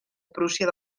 prússia